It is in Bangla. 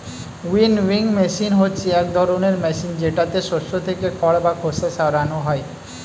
উইনউইং মেশিন হচ্ছে এক ধরনের মেশিন যেটাতে শস্য থেকে খড় বা খোসা সরানো হয়